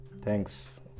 thanks